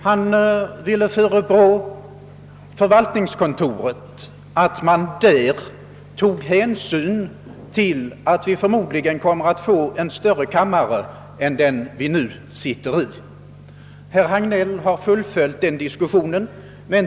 Han ville förebrå förvaltningskontoret för att man där tog hänsyn till att vi förmodligen kommer att få en större kammare än den vi nu sitter i, och herr Hagnell har fullföljt denna diskussion.